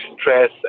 stress